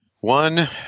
One